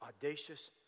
Audacious